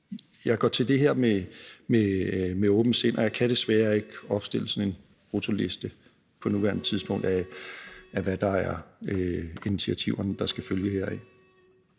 Jeg går til det her med åbent sind, og jeg kan desværre ikke opstille sådan en bruttoliste på nuværende tidspunkt over, hvad der er af initiativer, der skal følge heraf.